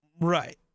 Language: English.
Right